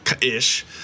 Ish